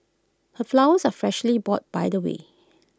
her flowers are freshly bought by the way